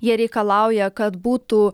jie reikalauja kad būtų